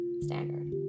standard